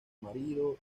marido